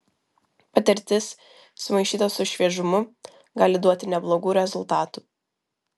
patirtis sumaišyta su šviežumu gali duoti neblogų rezultatų